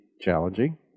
challenging